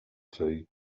clue